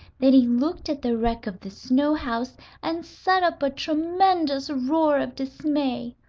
then he looked at the wreck of the snow house and set up a tremendous roar of dismay.